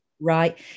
right